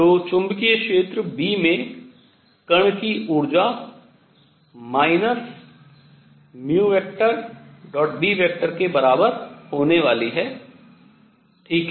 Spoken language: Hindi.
तो चुंबकीय क्षेत्र B में कण की ऊर्जा B के बराबर होने वाली है ठीक है